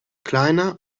kleiner